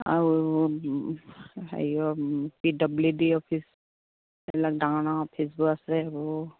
আৰু হেৰিয় P W D office এইবিলাক ডাঙৰ ডাঙৰ অফিচবোৰ আছে এইবোৰ